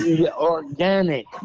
organic